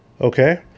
okay